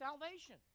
salvation